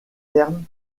terme